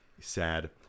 sad